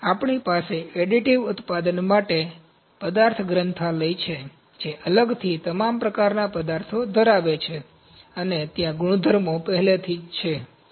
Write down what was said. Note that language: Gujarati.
આપણી પાસે એડિટિવ ઉત્પાદન માટે પદાર્થ ગ્રંથાલય છે જે અલગથી તમામ પ્રકારના પદાર્થો ધરાવે છે અને ત્યાં ગુણધર્મો પહેલેથી જ છે